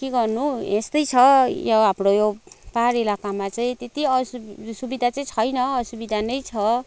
के गर्नु यस्तै छ यो हाम्रो यो पहाड इलाकामा चाहिँ त्यति असु सुविधा चाहिँ छैन असुविधा नै छ